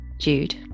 Jude